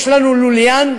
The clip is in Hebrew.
יש לנו לוליין,